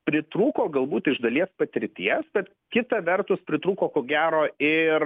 pritrūko galbūt iš dalies patirties bet kita vertus pritrūko ko gero ir